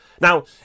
Now